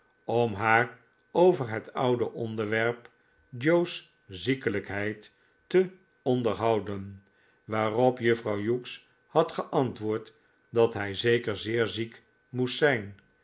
om haar over het oude onderwerp joe's ziekelijkheid te onderhouden waarop juffrouw hughes had geantwoord dat hij zeker zeer ziek moest zijn